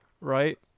Right